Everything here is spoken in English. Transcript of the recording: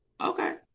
Okay